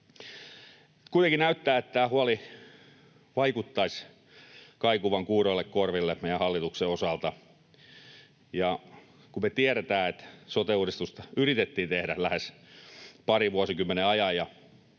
Kuitenkin näyttää siltä, että tämä huoli vaikuttaisi kaikuvan kuuroille korville meidän hallituksen osalta. Me tiedetään, että sote-uudistusta yritettiin tehdä lähes parin vuosikymmenen ajan.